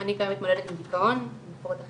אני סובלת מדיכאון, מהפרעות אכילה,